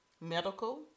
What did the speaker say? Medical